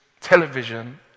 television